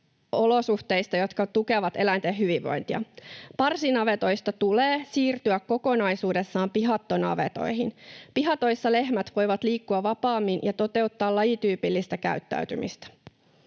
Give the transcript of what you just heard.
olosuhteista, jotka tukevat eläinten hyvinvointia. Parsinavetoista tulee siirtyä kokonaisuudessaan pihattonavetoihin. Pihatoissa lehmät voivat liikkua vapaammin ja toteuttaa lajityypillistä käyttäytymistä.